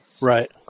Right